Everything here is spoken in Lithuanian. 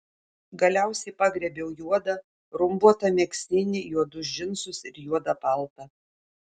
galiausiai pagriebiau juodą rumbuotą megztinį juodus džinsus ir juodą paltą